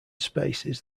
spaces